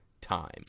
time